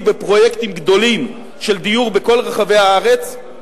בפרויקטים גדולים של דיור בכל רחבי הארץ.